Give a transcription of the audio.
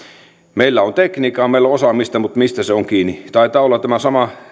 meillä on tekniikkaa meillä on osaamista mutta mistä se on kiinni taitaa olla tämä sama